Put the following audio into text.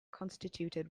constituted